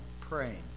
praying